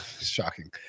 shocking